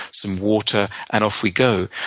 some water, and off we go.